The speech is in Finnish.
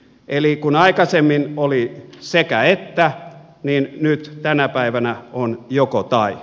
eli kun aikaisemmin oli sekäettä niin nyt tänä päivänä on jokotai